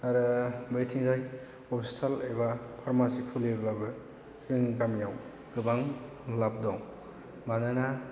आरो बैथिंजाय हस्पिटाल एबा फार्मासि खुलियोब्लाबो जोंनि गामियाव गोबां लाब दं मानोना